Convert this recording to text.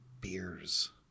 Beers